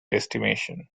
estimation